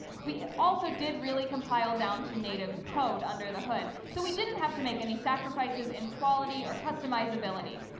we also did really compile down to native code under the hood, so we didn't have to make any sacrifices in quality or customizeability.